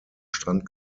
strand